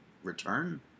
Return